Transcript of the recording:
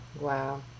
Wow